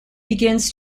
begins